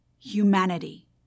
humanity